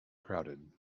crowded